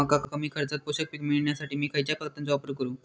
मका कमी खर्चात पोषक पीक मिळण्यासाठी मी खैयच्या खतांचो वापर करू?